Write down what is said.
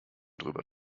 darüber